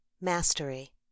Mastery